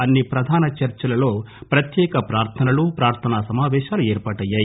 అన్ని ప్రధాన చర్చిలలో ప్రత్యేక ప్రార్థనలు ప్రార్థనా సమాపేశాలు ఏర్పాటయ్యాయి